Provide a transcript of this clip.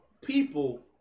people